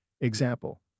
Example